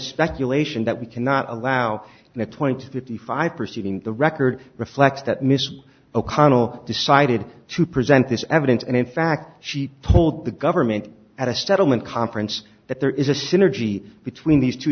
speculation that we cannot allow that point fifty five proceeding the record reflect that mr o'connell decided to present this evidence and in fact she told the government at a settlement conference that there is a synergy between these two